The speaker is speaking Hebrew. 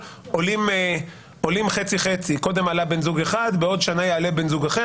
עולים חצי-חצי קודם עלה בן זוג אחד והשני יעלה עוד שנה.